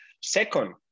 Second